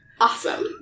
Awesome